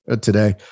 today